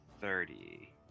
thirty